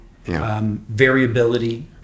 Variability